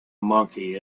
monkey